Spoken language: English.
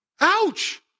ouch